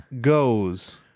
goes